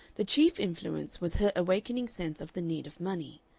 the chief influence was her awakening sense of the need of money.